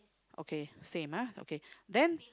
okay same ah okay then